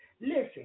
Listen